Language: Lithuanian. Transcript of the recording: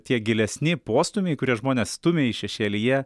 tie gilesni postūmiai kurie žmones stumia į šešėlį jie